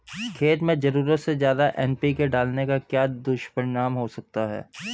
खेत में ज़रूरत से ज्यादा एन.पी.के डालने का क्या दुष्परिणाम हो सकता है?